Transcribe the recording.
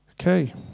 Okay